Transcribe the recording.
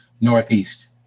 Northeast